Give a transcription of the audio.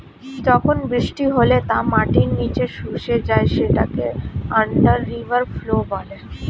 যখন বৃষ্টি হলে তা মাটির নিচে শুষে যায় সেটাকে আন্ডার রিভার ফ্লো বলে